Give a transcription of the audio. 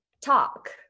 talk